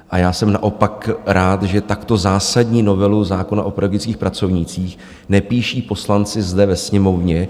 A já jsem naopak rád, že takto zásadní novelu zákona o pedagogických pracovnících nepíší poslanci zde ve Sněmovně.